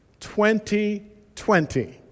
2020